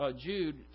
Jude